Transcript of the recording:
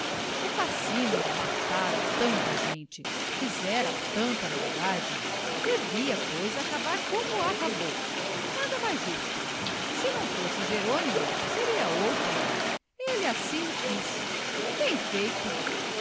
o facínora matara tanta gente fizera tanta maldade devia pois acabar como acabou nada mais justo se não fosse jerônimo seria outro ele assim o quis bem feito